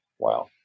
Wow